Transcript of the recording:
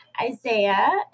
Isaiah